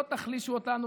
לא תחלישו אותנו,